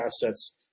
assets